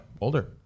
older